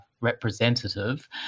representative